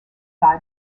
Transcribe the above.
buy